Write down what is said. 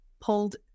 pulled